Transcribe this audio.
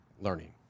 learning